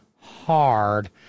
hard